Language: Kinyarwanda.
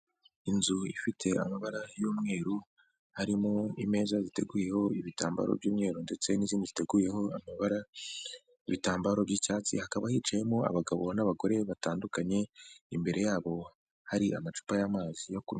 Inzu ifite amabara y'umweru harimo imeza ziteguyeho ibitambaro by'umweru ndetse n'izindi ziteguyeho amabara y'ibitambaro by'icyatsi, hakaba hicayemo abagabo n'abagore batandukanye, imbere yabo hari amacupa y'amazi yo kunywa.